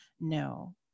No